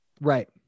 Right